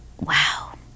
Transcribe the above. wow